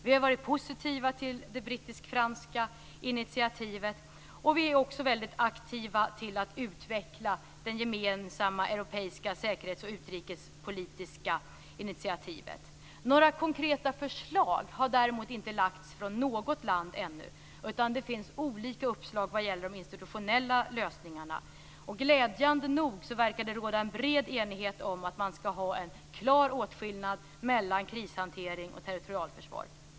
Vi har varit positiva till det brittisk-franska initiativet, och vi är också väldigt aktiva när det gäller att utveckla det gemensamma europeiska säkerhetsoch utrikespolitiska initiativet. Några konkreta förslag har däremot inte lagts fram från något land ännu, utan det finns olika uppslag vad gäller de institutionella lösningarna. Glädjande nog verkar det råda bred enighet om att man skall ha en klar åtskillnad mellan krishantering och territorialförsvar.